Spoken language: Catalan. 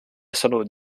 salut